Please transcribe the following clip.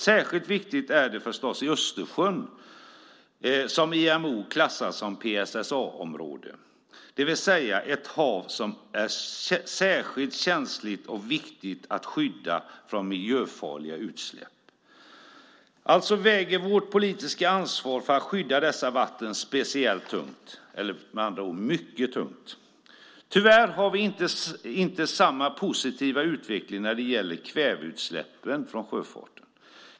Särskilt viktigt är det här förstås i Östersjön, som IMO klassar som PSSA-område, det vill säga ett hav som är särskilt känsligt och viktigt att skydda från miljöfarliga utsläpp. Alltså väger vårt politiska ansvar för att skydda dessa vatten mycket tungt. Tyvärr har vi inte samma positiva utveckling när det gäller kväveutsläppen från sjöfarten.